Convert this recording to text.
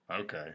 Okay